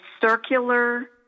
circular